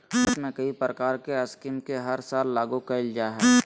भारत में कई प्रकार के स्कीम के हर साल लागू कईल जा हइ